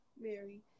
Mary